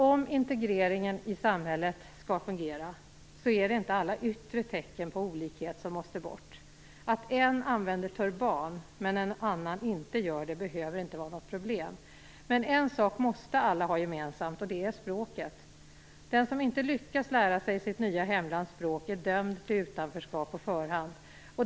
Om integreringen i samhället skall fungera är det inte alla yttre tecken på olikhet som måste bort. Att en använder turban och en annan inte behöver inte vara något problem, men en sak måste alla ha gemensamt, och det är språket. Den som inte lyckas lära sig sitt nya hemlands språk är dömd till utanförskap på förhand.